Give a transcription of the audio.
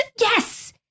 yes